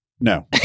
No